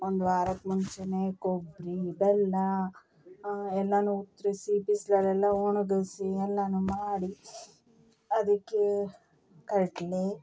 ಒಂದು ವಾರಕ್ಕೆ ಮುಂಚೆ ಕೊಬ್ಬರಿ ಬೆಲ್ಲ ಎಲ್ಲಾ ಬಿಸಿಲಲೆಲ್ಲ ಒಣಗಿಸಿ ಎಲ್ಲಾ ಮಾಡಿ ಅದಕ್ಕೇ ಕಡಲೆ